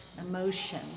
emotion